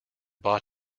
bought